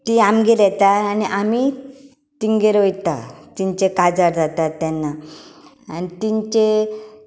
ती आमगेर येतात आनी आमी तांगेर वयता तांचें काजार जातात तेन्ना आनी तांचें